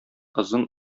озын